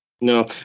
No